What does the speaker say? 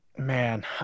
Man